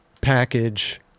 package